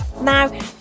Now